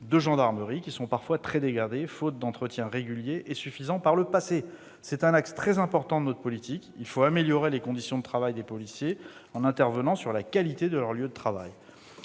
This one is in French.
de gendarmerie, qui sont parfois très dégradées, faute d'entretien régulier et suffisant par le passé. C'est un axe très important de notre politique : il faut améliorer les conditions de travail des policiers, en intervenant sur la qualité de leurs lieux de travail.